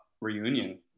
reunion